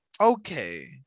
Okay